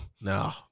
No